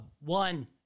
one